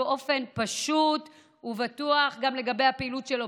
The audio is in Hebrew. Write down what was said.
בכפוף לקבלת פטור מחובת הנחה ובכפוף להנחה על שולחן הכנסת,